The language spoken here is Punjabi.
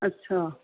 ਅੱਛਾ